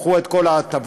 קחו את כל ההטבות.